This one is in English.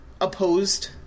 opposed